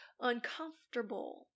uncomfortable